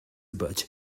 butch